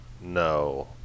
No